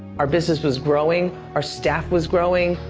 our business was growing, our staff was growing.